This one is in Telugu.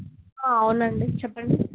అవునండి చెప్పండి